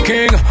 King